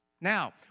Now